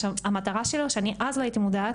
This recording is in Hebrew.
המטרה שלו שאני אז לא הייתי מודעת,